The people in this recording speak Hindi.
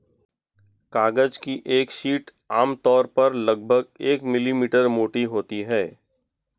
कागज की एक शीट आमतौर पर लगभग एक मिलीमीटर मोटी होती है